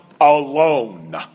alone